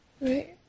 Right